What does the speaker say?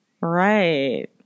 right